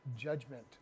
judgment